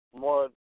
more